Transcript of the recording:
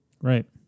Right